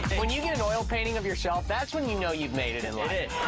when you do an oil painting of yourself, that's when you know you've made it in life. it